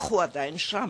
אך הוא עדיין שם.